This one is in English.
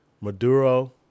Maduro